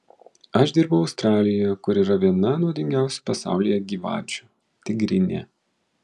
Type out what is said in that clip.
aš dirbau australijoje kur yra viena nuodingiausių pasaulyje gyvačių tigrinė